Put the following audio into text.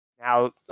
now